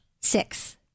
Six